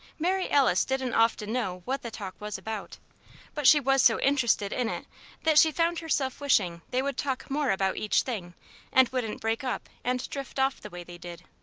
mary alice didn't often know what the talk was about but she was so interested in it that she found herself wishing they would talk more about each thing and wouldn't break up and drift off the way they did.